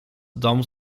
dom